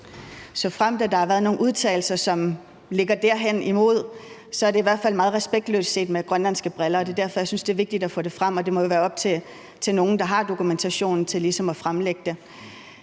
Såfremt der har været nogle udtalelser, som er derhenad, er det i hvert fald meget respektløst set med grønlandske briller, og det er derfor, jeg synes, det er vigtigt at få det frem. Og det må jo være op til dem, der har dokumentationen, ligesom at fremlægge det.